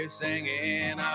singing